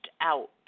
out